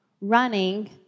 running